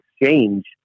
exchange